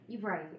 Right